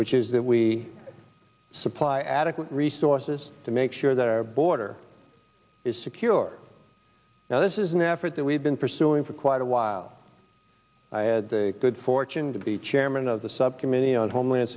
which is that we supply adequate resources to make sure that our border is secure now this is an effort that we've been pursuing for quite a while i had the good fortune to be chairman of the subcommittee on homeland